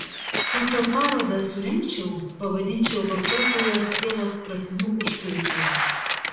fotoparodą surengčiau pavadinčiau vartotojo sielos prasmių užkulisiai